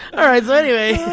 all right, so anyway.